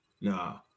No